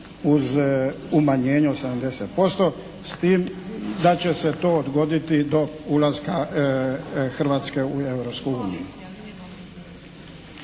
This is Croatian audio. uz umanjenje od 70%, s time da će se to odgoditi do ulaska Hrvatske u